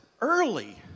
early